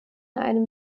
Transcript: einem